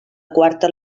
quarta